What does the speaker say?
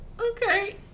Okay